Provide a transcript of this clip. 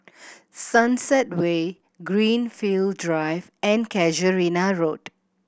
Sunset Way Greenfield Drive and Casuarina Road